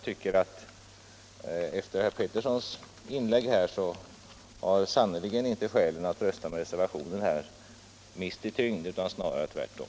Efter herr Petterssons inlägg har sannerligen inte skälet att rösta med reservationen minskat i tyngd utan snarare tvärtom.